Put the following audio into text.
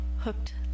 hooked